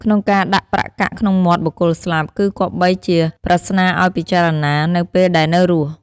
ក្នុងការដាក់ប្រាក់កាក់ក្នុងមាត់បុគ្គលស្លាប់ គឺគប្បីជាប្រស្នាឲ្យពិចារណានៅពេលដែលនៅរស់។